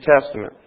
Testament